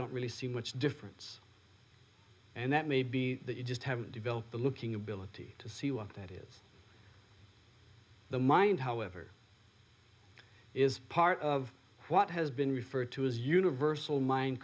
don't really see much difference and that may be that you just haven't developed the looking ability to see what that is the mind however is part of what has been referred to as universal min